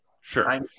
Sure